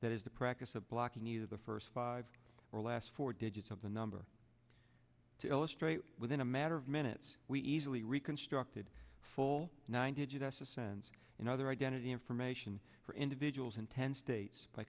that is the practice of blocking you the first five or last four digits of the number to illustrate within a matter of minutes we easily reconstructed full nine to git us a sense another identity information for individuals in ten states by